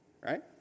right